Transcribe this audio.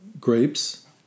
grapes